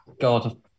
God